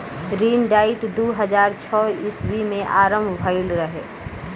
ऋण डाइट दू हज़ार छौ ईस्वी में आरंभ भईल रहे